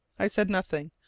i said nothing,